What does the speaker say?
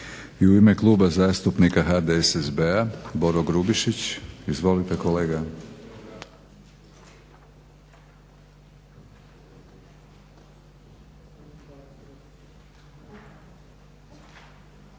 I u ime Kluba zastupnika HDSSB-a Boro Grubišić. Izvolite kolega.